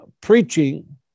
preaching